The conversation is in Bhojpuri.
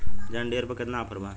जॉन डियर पर केतना ऑफर बा?